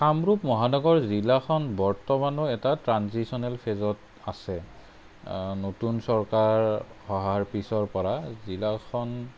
কামৰূপ মহানগৰ জিলাখন বৰ্তমানেও এটা ট্ৰানজিচনেল ফেজত আছে নতুন চৰকাৰ অহাৰ পিছৰপৰা জিলাখন